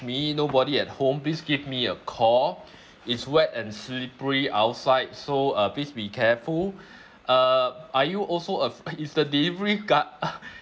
me nobody at home please give me a call it's wet and slippery outside so uh please be careful uh are you also uh uh is the delivery guy